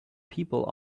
people